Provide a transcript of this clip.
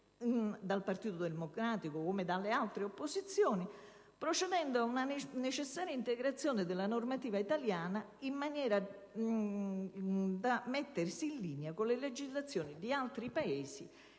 dal Partito Democratico, come dalle altre opposizioni, procedendo ad una necessaria integrazione della normativa italiana in maniera da mettersi in linea con le legislazioni di altri Paesi